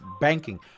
banking